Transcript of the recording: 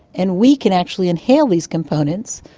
and we can actually inhale these components.